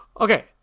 Okay